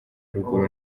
ruguru